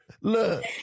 Look